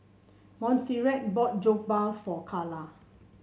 Montserrat bought Jokbal for Charla